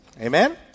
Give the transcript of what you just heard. Amen